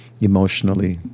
emotionally